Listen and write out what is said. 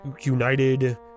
united